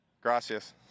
gracias